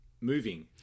moving